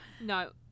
no